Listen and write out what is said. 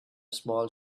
small